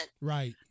Right